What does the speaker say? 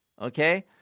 okay